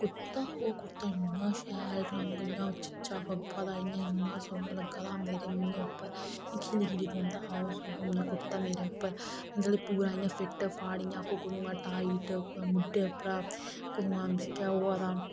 कुर्ता ओह् कुर्ता इन्ना शैल रंग इन्ना जचा फवा दा इन्ना सोह्ना लग्गा दा मेरे मुहें उप्पर इयां खिली खिली पौंदा हा मेरे उप्पर कुर्ता मेरे उप्पर मतलब कुर्ता मेरे उप्पर इयां कुदआं टाइट कुदे मुडे उपरां कुदआं